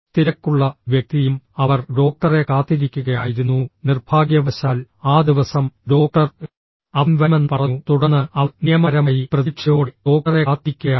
തിരക്കുള്ള വ്യക്തിയും അവർ ഡോക്ടറെ കാത്തിരിക്കുകയായിരുന്നു നിർഭാഗ്യവശാൽ ആ ദിവസം ഡോക്ടർ അവൻ വരുമെന്ന് പറഞ്ഞു തുടർന്ന് അവർ നിയമപരമായി പ്രതീക്ഷയോടെ ഡോക്ടറെ കാത്തിരിക്കുകയാണ്